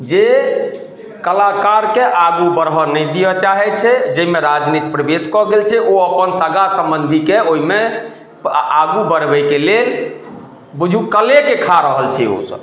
जे कलाकारके आगू बरहऽ नहि दियऽ चाहै छै जाहिमे राजनीति प्रवेश कऽ गेल छै ओ अपन सगा समन्धीके ओहिमे आगू बढ़बैके लेल बुझू कलेके खा रहल छै ओ सब